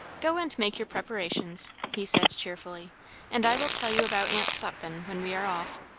go and make your preparations, he said cheerfully and i will tell you about aunt sutphen when we are off.